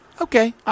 okay